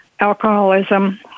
alcoholism